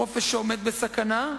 חופש שעומד בסכנה,